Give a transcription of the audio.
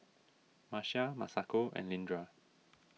Marcia Masako and Leandra